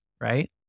right